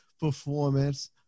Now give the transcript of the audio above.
performance –